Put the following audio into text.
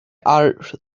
are